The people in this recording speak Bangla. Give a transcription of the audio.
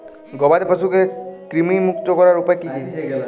গবাদি পশুকে কৃমিমুক্ত রাখার উপায় কী?